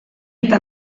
eta